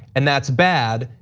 and that's bad.